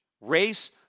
race